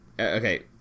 Okay